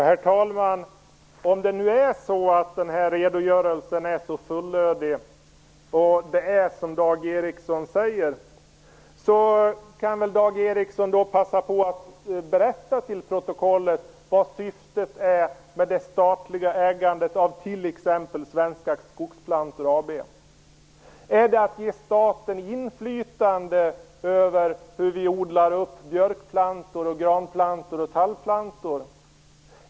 Herr talman! Om det nu är så, som Dag Ericson säger, att den här redogörelsen är så fullödig kan han väl passa på att berätta för protokollet vad syftet är med det statliga ägandet av t.ex. Svenska Skogsplantor AB. Är det att ge staten inflytande över hur vi odlar upp björkplantor, granplantor och tallplantor?